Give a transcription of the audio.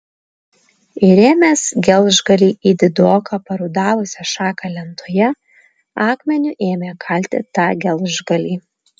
įrėmęs gelžgalį į didoką parudavusią šaką lentoje akmeniu ėmė kalti tą gelžgalį